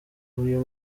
uyu